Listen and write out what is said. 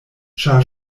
ĉar